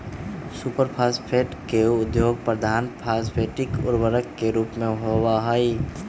super phosphate के उपयोग प्रधान फॉस्फेटिक उर्वरक के रूप में होबा हई